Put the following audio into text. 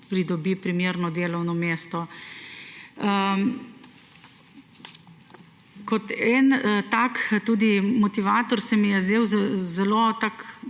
pridobi primerno delovno mesto. En tak motivator se mi je zdel zelo